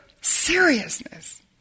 seriousness